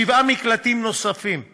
שבעה מקלטים נוספים מגינים,